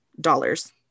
dollars